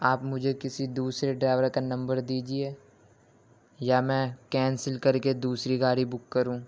آپ مجھے کسی دوسرے ڈرائیور کا نمبر دیجیے یا میں کینسل کر کے دوسری گاڑی بک کروں